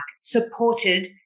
supported